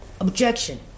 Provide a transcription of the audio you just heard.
Objection